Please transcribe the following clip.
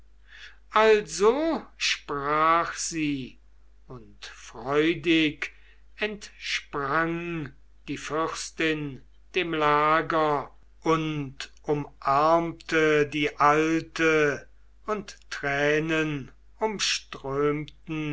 also sprach sie und freudig entsprang die fürstin dem lager und umarmte die alte und tränen umströmten